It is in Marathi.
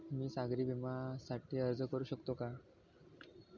मी सागरी विम्यासाठी अर्ज करू शकते का?